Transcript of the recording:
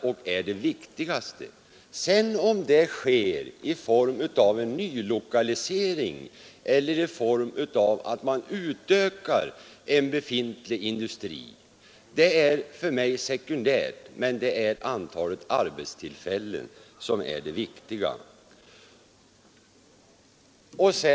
Om det tillskottet kommer i form av en nylokalisering eller i form av en utökning av en befintlig industri är för mig sekundärt — antalet arbetstillfällen är det viktiga.